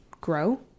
grow